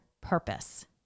purpose